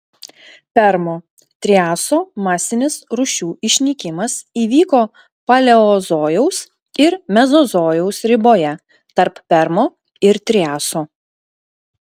permo triaso masinis rūšių išnykimas įvyko paleozojaus ir mezozojaus riboje tarp permo ir triaso